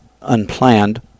Unplanned